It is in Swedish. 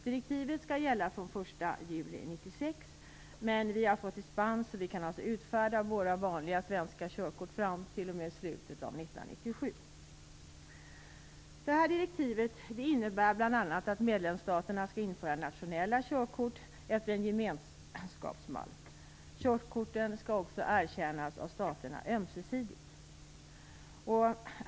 Direktivet skall gälla från den 1 juli 1996, men vi har fått dispens så att vi kan utfärda våra vanliga svenska körkort fram t.o.m. slutet av 1997. Detta direktiv innebär bl.a. att medlemsstaterna skall införa nationella körkort efter en gemenskapsmall. Körkorten skall också erkännas av staterna ömsesidigt.